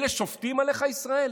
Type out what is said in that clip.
אלה שופטים עליך, ישראל?